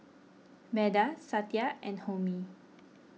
Medha Satya and Homi